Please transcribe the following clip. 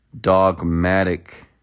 dogmatic